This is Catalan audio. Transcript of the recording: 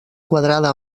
quadrada